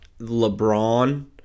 LeBron